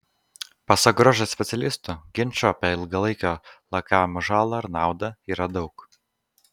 pasak grožio specialistų ginčų apie ilgalaikio lakavimo žalą ar naudą yra daug